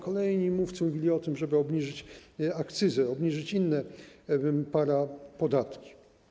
Kolejni mówcy mówili o tym, żeby obniżyć akcyzę, obniżyć inne parapodatki.